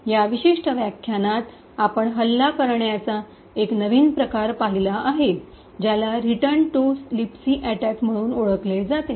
या विशिष्ट व्याख्यानात आपण हल्ला करण्याचा एक नवीन प्रकार पाहणार आहे ज्याला रिटर्न टू लिबसी अटॅक म्हणून ओळखले जाते